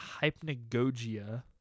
Hypnagogia